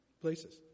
places